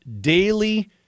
daily